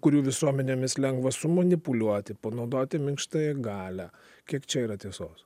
kurių visuomenėmis lengva sumanipuliuoti panaudoti minkštąją galią kiek čia yra tiesos